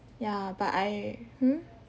ya but I hmm